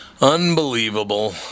Unbelievable